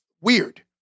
weird